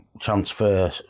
transfer